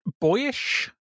boyish